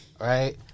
Right